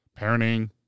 parenting